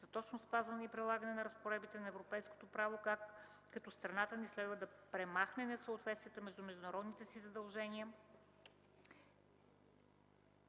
за точно спазване и прилагане на разпоредбите на европейското право като страната ни следва да премахне несъответствията между международните си задължения.